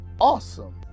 awesome